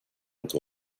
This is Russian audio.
это